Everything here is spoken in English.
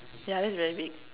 yeah that's very big